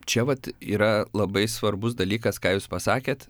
čia vat yra labai svarbus dalykas ką jūs pasakėt